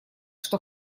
что